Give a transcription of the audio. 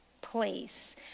place